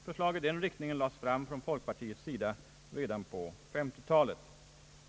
Förslag i denna riktning lades fram av folkpartiet redan på 1950-talet.